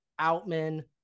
Outman